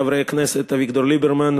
חברי הכנסת אביגדור ליברמן,